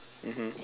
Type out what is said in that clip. mmhmm